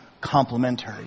complementary